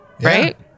Right